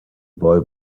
boy